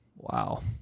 Wow